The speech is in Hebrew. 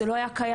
זה לא היה קודם,